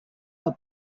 are